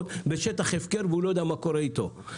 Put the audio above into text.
בשטח הפקר והוא לא יודע מה קורה איתו.